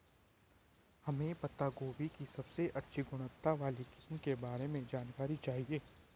हमें पत्ता गोभी की सबसे अच्छी गुणवत्ता वाली किस्म के बारे में जानकारी चाहिए?